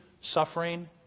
suffering